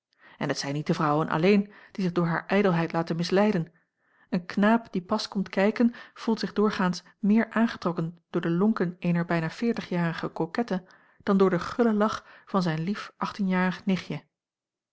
en het zijn niet de vrouwen alleen die zich door haar ijdelheid laten misleiden een knaap die pas komt kijken voelt zich doorgaans meer aangetrokken door de lonken eener bijna veertigjarige kokette dan door den gullen lach van zijn lief achttienjarig nichtje